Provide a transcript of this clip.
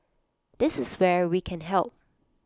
this is where we can help